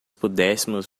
pudéssemos